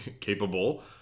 capable